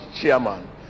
chairman